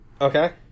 Okay